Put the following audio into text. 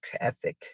ethic